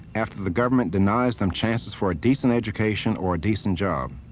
after the government denies them chances for a decent education or a decent job?